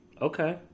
Okay